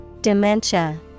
Dementia